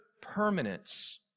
permanence